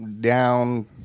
down